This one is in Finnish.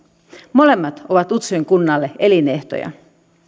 molemmat ovat utsjoen kunnalle elinehtoja